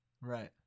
Right